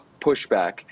pushback